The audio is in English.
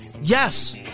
yes